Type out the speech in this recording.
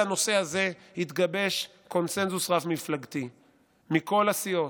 על הנושא הזה התגבש קונסנזוס רב-מפלגתי מכל הסיעות,